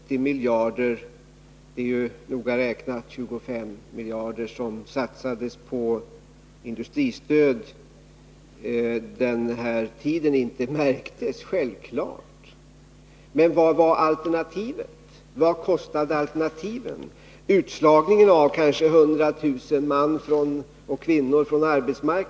Fru talman! Jag menar självfallet inte att de noga räknat 25 miljarder kronor som under den här tiden satsades på industristöd inte märktes. Men vad kostade alternativen? Vad kostar utslagningen på arbetsmarknaden av kanske 100 000 män och kvinnor?